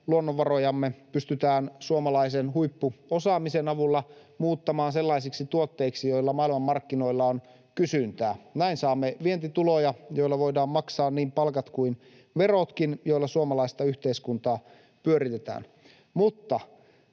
luonnonvarojamme pystytään suomalaisen huippuosaamisen avulla muuttamaan sellaisiksi tuotteiksi, joilla on kysyntää maailmanmarkkinoilla. Näin saamme vientituloja, joilla voidaan maksaa niin palkat kuin verotkin, joilla suomalaista yhteiskuntaa pyöritetään. Mutta